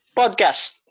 podcast